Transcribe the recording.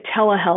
telehealth